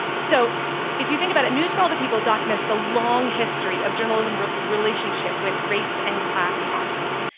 so if you think about it, news for all the people documents the long history of journalism relationship with race and class conflict,